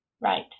Right